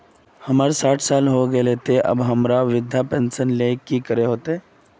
हमर सायट साल होय गले ते अब हमरा वृद्धा पेंशन ले की करे ले होते?